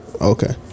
Okay